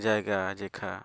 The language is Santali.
ᱡᱟᱭᱜᱟ ᱡᱮᱠᱷᱟ